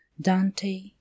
Dante